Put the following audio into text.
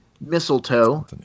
Mistletoe